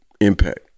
impact